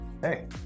Hey